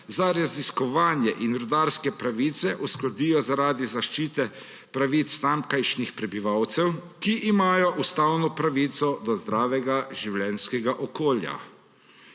za raziskovanje in rudarske pravice uskladijo zaradi zaščite pravic tamkajšnjih prebivalcev, ki imajo ustavno pravico do zdravega življenjskega okolja.